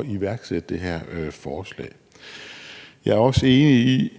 at iværksætte det her forslag. Jeg er også enig i,